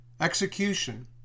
execution